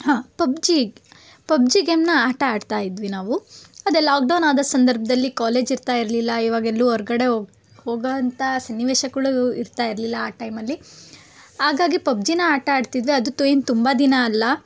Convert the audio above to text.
ಹಾಂ PUBG PUBG ಗೇಮನ್ನ ಆಟ ಆಡ್ತಾ ಇದ್ವಿ ನಾವು ಅದೇ ಲಾಕ್ಡೌನ್ ಆದ ಸಂದರ್ಭದಲ್ಲಿ ಕಾಲೇಜ್ ಇರ್ತಾ ಇರಲಿಲ್ಲ ಇವಾಗೆಲ್ಲು ಹೊರ್ಗಡೆ ಓ ಹೋಗೊಂಥ ಸನ್ನಿವೇಶಗಳೂ ಇರ್ತಾ ಇರಲಿಲ್ಲ ಆ ಟೈಮಲ್ಲಿ ಹಾಗಾಗಿ ಪಬ್ಜಿನ ಆಟ ಆಡ್ತಿದ್ವಿ ಅದು ತು ಏನು ತುಂಬ ದಿನ ಅಲ್ಲ